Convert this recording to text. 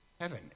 Heaven